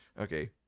Okay